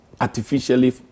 artificially